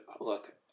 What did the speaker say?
look